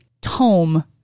tome